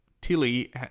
Tilly